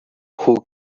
who